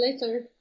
later